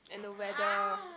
and the weather